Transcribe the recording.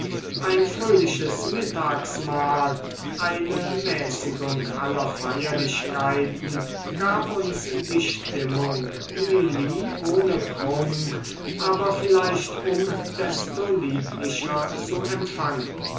ein fröhliches mittagsmahl eine mäßigung aller feierlichkeiten gab uns die stimmung lili ohne prunk aber vielleicht um desto lieblicher zu empfangen